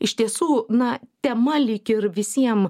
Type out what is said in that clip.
iš tiesų na tema lyg ir visiem